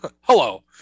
Hello